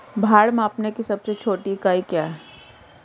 भार मापने की सबसे छोटी इकाई क्या है?